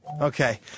Okay